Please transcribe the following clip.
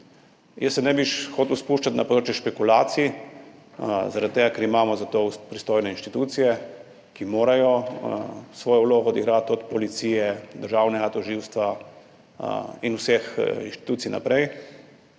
Jaz se ne bi hotel spuščati na področje špekulacij zaradi tega, ker imamo za to pristojne inštitucije, ki morajo svojo vlogo odigrati, od Policije, Državnega tožilstva in vseh inštitucij naprej,